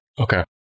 Okay